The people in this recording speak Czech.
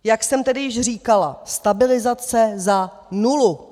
Jak jsem tedy již říkala, stabilizace za nulu!